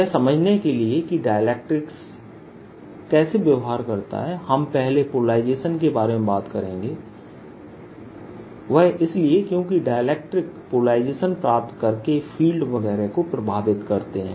यह समझने के लिए कि डाइलेक्ट्रिक्स कैसे व्यवहार करता है हम पहले पोलराइजेशन के बारे में बात करेंगे वह इसलिए क्योंकि डाइलेक्ट्रिक्स पोलराइजेशन प्राप्त करके फील्ड वगैरह को प्रभावित करते हैं